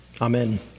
Amen